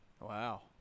wow